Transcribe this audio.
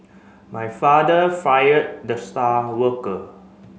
my father fired the star worker